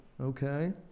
okay